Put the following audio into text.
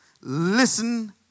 Listen